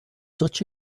such